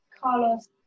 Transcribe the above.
Carlos